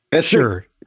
Sure